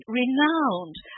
renowned